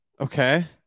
Okay